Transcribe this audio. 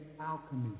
alchemy